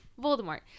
Voldemort